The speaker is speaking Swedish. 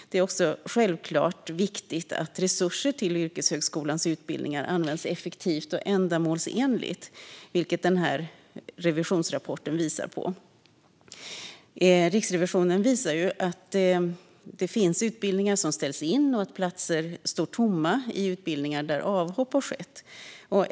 Det är också självklart viktigt att resurser till yrkeshögskolans utbildningar används effektivt och ändamålsenligt, vilket denna revisionsrapport visar på. Riksrevisionen visar att det händer att utbildningar ställs in och att platser står tomma på utbildningar där avhopp har skett.